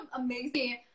amazing